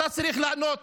אתה צריך לענות,